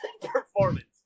performance